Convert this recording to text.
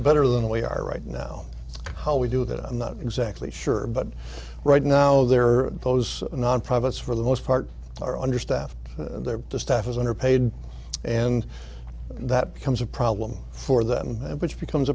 better than we are right now how we do that i'm not exactly sure but right now there are those nonprofits for the most part are understaffed their staff is underpaid and that becomes a problem for them which becomes